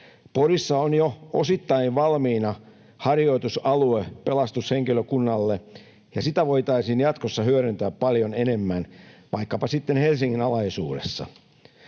Porissa on jo osittain valmiina harjoitusalue pelastushenkilökunnalle, ja sitä voitaisiin jatkossa hyödyntää paljon enemmän, vaikkapa sitten Helsingin alaisuudessa.